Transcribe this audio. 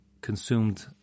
consumed